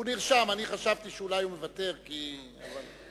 הוא נרשם, אני חשבתי שהוא אולי מוותר, כי, אבל,